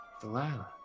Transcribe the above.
Delilah